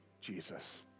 Jesus